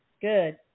Good